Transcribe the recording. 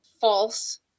false